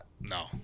No